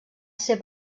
ser